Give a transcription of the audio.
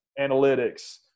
analytics